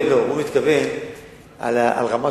לא, הוא מתכוון לרמת-שלמה.